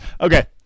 Okay